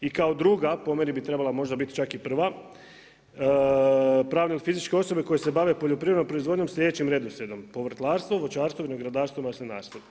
I kao druga, po meni bi trebala možda biti čak i prva, pravne ili fizičke osobe koje se bave poljoprivrednom proizvodnjom sljedećim redoslijedom: povrtlarstvo, voćarstvo, vinogradarstvo i maslinarstvo.